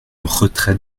retrait